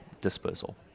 disposal